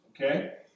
Okay